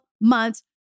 months